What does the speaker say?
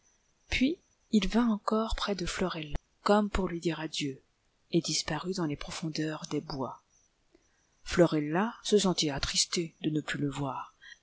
puis il vint encore près de florella comme pour lui dire adieu et disparut dans les profondeurs des bois florella se sentit attristée de ne plus le voir